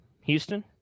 Houston